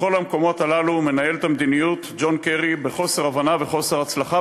בכל המקומות הללו מנהל את המדיניות ג'ון קרי בחוסר הבנה וחוסר הצלחה,